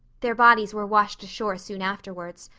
their bodies were washed ashore soon afterwards.